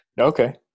Okay